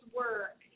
work